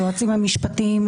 היועצים המשפטיים,